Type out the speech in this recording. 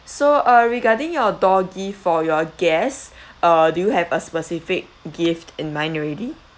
so uh regarding your door gift for your guests uh do you have a specific gift in mind already